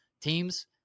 teams